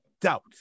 doubt